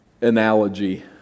analogy